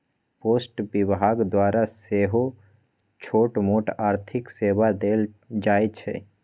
post विभाग द्वारा सेहो छोटमोट आर्थिक सेवा देल जाइ छइ